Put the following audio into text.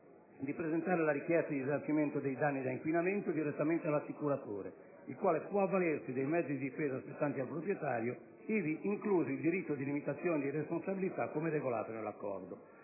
di presentare la richiesta di risarcimento dei danni da inquinamento direttamente all'assicuratore, il quale può avvalersi dei mezzi di difesa spettanti al proprietario, ivi incluso il diritto di limitazione di responsabilità come regolato nell'Accordo.